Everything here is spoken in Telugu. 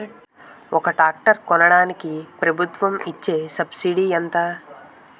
ఒక ట్రాక్టర్ కొనడానికి ప్రభుత్వం ఇచే సబ్సిడీ ఎంత?